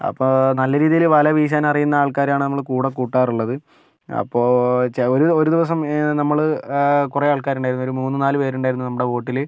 അപ്പോൾ നല്ല രീതിയിൽ വല വീശാൻ അറിയുന്ന ആൾക്കാരാണ് നമ്മളുടെ കൂടെ കൂട്ടാറുള്ളത് അപ്പോൾ ചെ ഒരു ഒരു ദിവസം നമ്മൾ കുറേ ആൾക്കാരുണ്ടായിരുന്നു ഒരു മൂന്ന് നാല് പേരുണ്ടായിരുന്നു നമ്മുടെ ബോട്ടിൽ